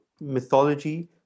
mythology